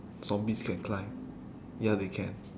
zombies can climb ya they can